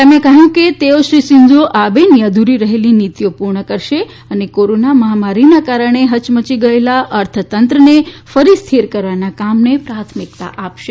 તેમણે કહ્યું છે કે તેઓ શ્રી શીન્જો આબેની અધૂરી રહેલી નીતીઓ પૂર્ણ કરશે અને કોરોના મહામારીના કારણે હયમચી ગયેલા અર્થતંત્રને ફરી સ્થિર કરવાના કામને પ્રાથમિકતા આપશે